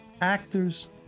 actors